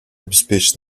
обеспечит